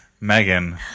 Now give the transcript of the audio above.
Megan